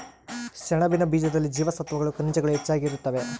ಸೆಣಬಿನ ಬೀಜದಲ್ಲಿ ಜೀವಸತ್ವಗಳು ಖನಿಜಗಳು ಹೆಚ್ಚಾಗಿ ಇರುತ್ತವೆ